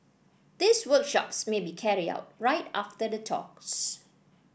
these workshops may be carried out right after the talks